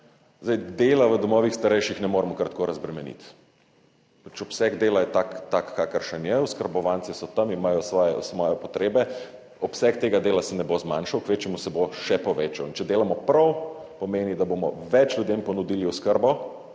osebje. Dela v domovih starejših ne moremo kar tako razbremeniti. Obseg dela je tak kakršen je, oskrbovanci so tam, imajo svoje potrebe, obseg tega dela se ne bo zmanjšal, kvečjemu se bo še povečal, in če delamo prav, pomeni da bomo več ljudem ponudili oskrbo,